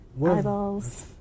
eyeballs